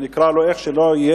שנקרא לו איך שנקרא לו,